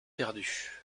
perdu